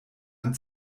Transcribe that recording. ein